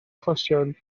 achosion